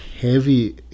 heavy